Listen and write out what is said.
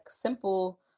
simple